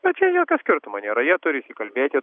bet čia jokio skirtumo nėra jie turi įsikalbėti